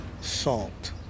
salt